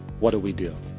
what do we do?